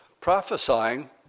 prophesying